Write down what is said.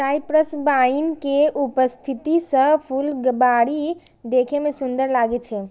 cypress vine के उपस्थिति सं फुलबाड़ी देखै मे सुंदर लागै छै